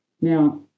Now